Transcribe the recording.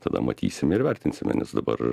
tada matysim ir vertinsime nes dabar